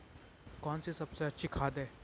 कौन सी सबसे अच्छी खाद है?